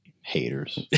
Haters